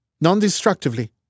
Non-destructively